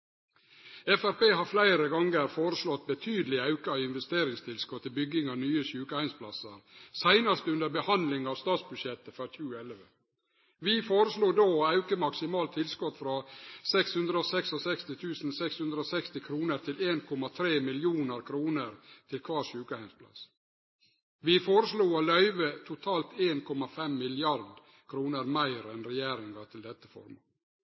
Framstegspartiet har fleire gonger foreslått betydeleg auka investeringstilskot til bygging av nye sjukeheimsplassar, seinast under behandlinga av statsbudsjettet for 2011. Vi foreslo då å auke det maksimale tilskotet frå 666 660 kr til 1,3 mill. kr til kvar sjukeheimsplass. Vi foreslo å løyve totalt 1,5 mrd. kr meir enn regjeringa til dette